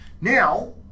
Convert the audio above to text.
Now